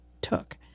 took